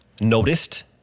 noticed